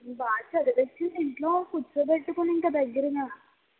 బాగా చదివించండి ఇంట్లో కూర్చోబెట్టుకుని ఇంకా దగ్గరగా